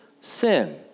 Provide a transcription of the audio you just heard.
sin